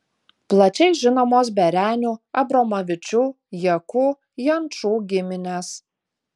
plačiai žinomos berenių abromavičių jakų jančų giminės